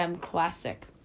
Classic